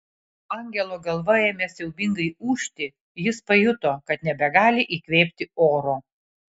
angelo galva ėmė siaubingai ūžti jis pajuto kad nebegali įkvėpti oro